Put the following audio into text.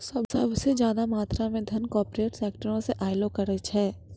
सभ से ज्यादा मात्रा मे धन कार्पोरेटे सेक्टरो से अयलो करे छै